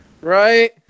Right